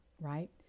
right